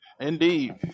indeed